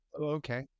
okay